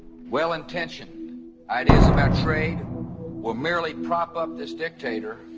well intentioned ideas about trade will merely prop up this dictator,